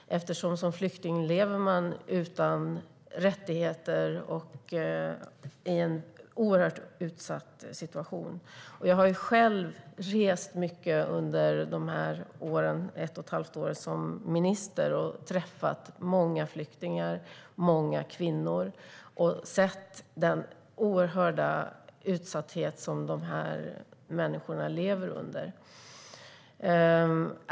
Som flykting lever man utan rättigheter och i en utsatt situation. Jag har rest mycket under ett och ett halvt år som minister. Jag har träffat många flyktingar, många kvinnor, och sett den utsatta situation som de här människorna lever i.